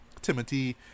Timothy